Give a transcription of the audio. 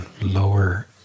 lower